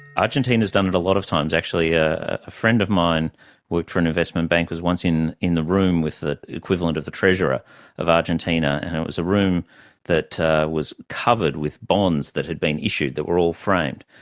argentina has done it a lot of times. actually a friend of mine who worked for an investment bank was once in in the room with the equivalent of the treasurer of argentina, and it was a room that was covered with bonds that had been issued, that were all framed.